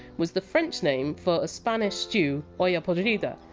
was the french name for a spanish stew, olla yeah podrida,